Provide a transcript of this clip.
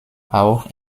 auch